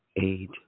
age